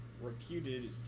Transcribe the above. reputed